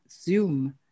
zoom